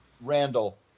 randall